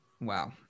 wow